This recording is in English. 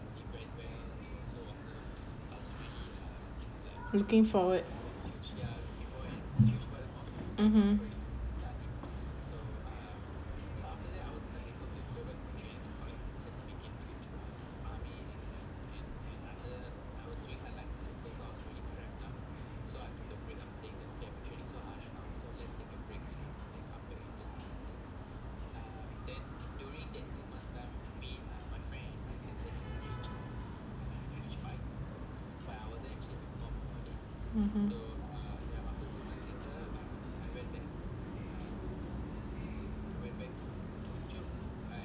waiting for what (uh huh)